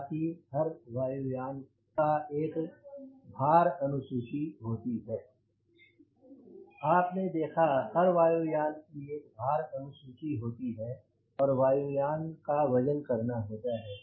साथ ही हर वायु यान का एक भार अनुसूची होती है आपने देखा हर वायु यान की एक भार अनु सूची होती है और वायु यान का वजन करना होता है